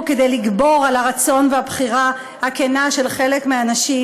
כדי לגבור על הרצון והבחירה הכנה של חלק מהנשים